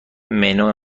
منو